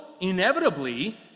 inevitably